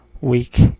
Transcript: week